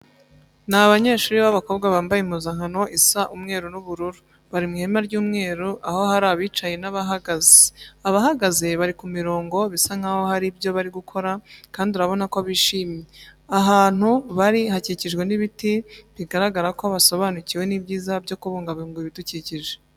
Ni abanyeshuri b'abakobwa bambaye impuzankano isa umweru n'ubururu, bari mu ihema ry'umweru, aho hari abicaye n'abahagaze. Abahagaze bari ku mirongo bisa nkaho hari ibyo bari gukora kandi urabona ko bishimye. Ahantu bari hakikijwe n'ibiti, bigaragara ko basobanukiwe n'ibyiza byo kubungabunga ibidukikije.